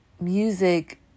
music